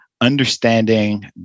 Understanding